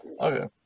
okay